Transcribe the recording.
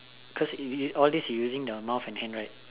cause all this you using the mouth and hand right